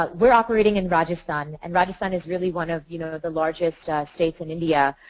but we're operating in rajasthan and rajasthan is really one of, you know the largest states in india.